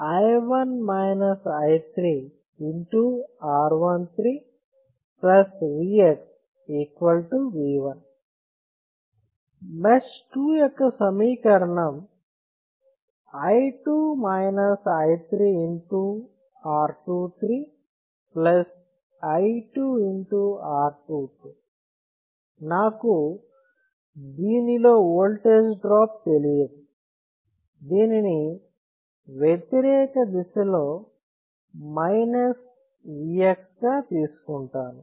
R13 Vx V1 mesh 2 యొక్క సమీకరణం R 23 i 2 R 2 2 నాకు దీని లో ఓల్టేజ్ డ్రాప్ తెలియదు దీనిని వ్యతిరేక దిశలో Vx గా తీసుకుంటాను